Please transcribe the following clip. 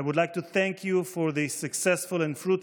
I would like to thank you for the successful and fruitful